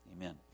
Amen